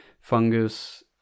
fungus